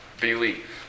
believe